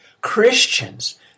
Christians